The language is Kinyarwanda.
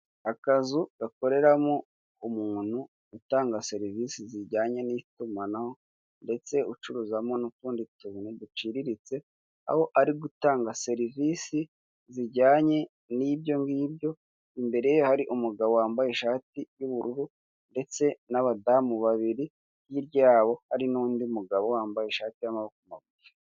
Akazu gakoreramo umuntu utanga serivise zijyanye n'itumanaho ndetse ucuruzamo n'utundi tuntu duciriritse, aho ari gutanga serivise zijyanye n'ibyo ngibyo, imbere ye hari umugabo wambaye ishati y'ubururu, ndetse n'abadamu babiri, hirya yaho hari n'undi mugabo wambaye ishati y'amaboko magufi.